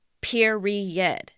Period